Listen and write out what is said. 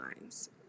lines